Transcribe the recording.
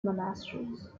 monasteries